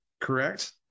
correct